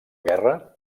guerra